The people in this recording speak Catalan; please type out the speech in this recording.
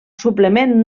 suplement